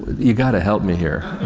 you got to help me here.